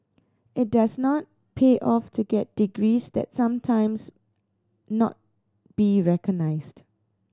it does not pay off to get degrees that sometimes not be recognised